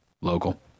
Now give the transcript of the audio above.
local